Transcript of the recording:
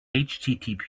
http